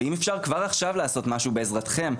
ואם אפשר כבר עכשיו לעשות משהו בעזרתכם.